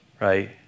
Right